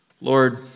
Lord